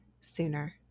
sooner